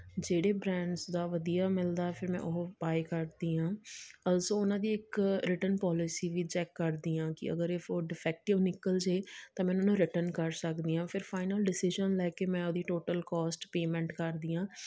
ਜਿਹੜੇ ਬ੍ਰੈਂਡਸ ਦਾ ਵਧੀਆ ਮਿਲਦਾ ਫਿਰ ਮੈਂ ਉਹ ਬਾਏ ਕਰਦੀ ਹਾਂ ਆਲਸੋ ਉਹਨਾਂ ਦੀ ਇੱਕ ਰਿਟਨ ਪੋਲਿਸੀ ਵੀ ਚੈੱਕ ਕਰਦੀ ਹਾਂ ਕਿ ਅਗਰ ਇਹ ਫੋਰ ਡਿਫੈਕਟਿਵ ਨਿਕਲ ਜੇ ਤਾਂ ਮੈਂ ਉਹਨਾਂ ਨੂੰ ਰਿਟਨ ਕਰ ਸਕਦੀ ਹਾਂ ਫਿਰ ਫਾਈਨਲ ਡਸੀਜ਼ਨ ਲੈ ਕੇ ਮੈਂ ਉਹਦੀ ਟੋਟਲ ਕੋਸਟ ਪੇਮੈਂਟ ਕਰਦੀ ਹਾਂ